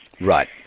Right